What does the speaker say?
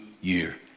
year